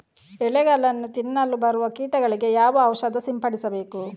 ಎಲೆಗಳನ್ನು ತಿನ್ನಲು ಬರುವ ಕೀಟಗಳಿಗೆ ಯಾವ ಔಷಧ ಸಿಂಪಡಿಸಬೇಕು?